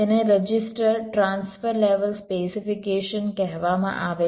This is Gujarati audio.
તેને રજિસ્ટર ટ્રાન્સફર લેવલ સ્પેસિફિકેશન કહેવામાં આવે છે